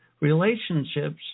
relationships